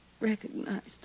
recognized